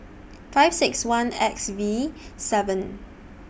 five six one X V seven